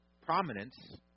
prominence